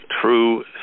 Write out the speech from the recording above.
true